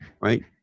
Right